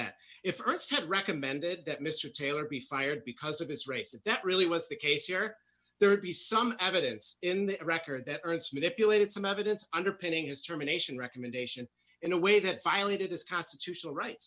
that if instead recommended that mr taylor be fired because of his race that that really was the case or there would be some evidence in the record that earth's manipulated some evidence underpinning his terminations recommendation in a way that finally did is constitutional rights